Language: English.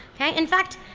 yeah in fact,